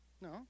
no